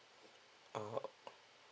uh